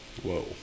Whoa